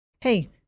hey